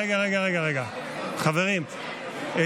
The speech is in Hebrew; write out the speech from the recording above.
רגע, רגע, חברים, חברים.